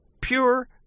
pure